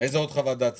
איזו עוד חוות דעת צריך?